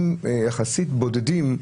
יחסית בודדים,